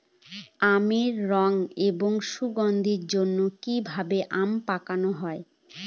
আমের রং এবং সুগন্ধির জন্য কি ভাবে আম পাকানো হয়?